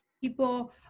people